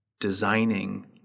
designing